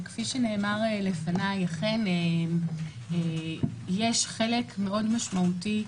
כפי שנאמר לפניי, אכן יש חלק מאוד משמעותי,